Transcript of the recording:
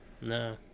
No